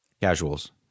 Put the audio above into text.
Casuals